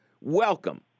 welcome